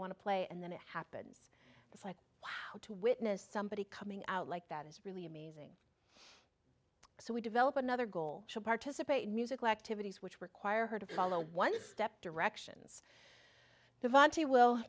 want to play and then it happens it's like wow to witness somebody coming out like that is really amazing so we develop another goal should participate in musical activities which require her to follow one step directions vonte will